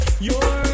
You're-